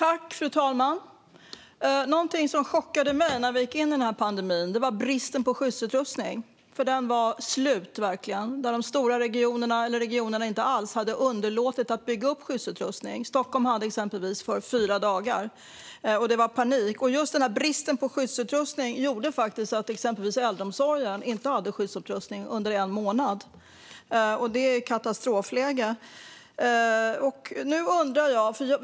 Fru talman! Någonting som chockade mig när vi gick in i den här pandemin var bristen på skyddsutrustning. Den var verkligen slut. De stora regionerna - eller regionerna över huvud taget - hade underlåtit att bygga upp lager av skyddsutrustning. Stockholm hade exempelvis skyddsutrustning för fyra dagar, och det var panik. Just bristen på skyddsutrustning gjorde faktiskt att exempelvis äldreomsorgen inte hade skyddsutrustning under en månad, och det är katastrofläge.